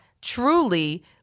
truly